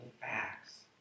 facts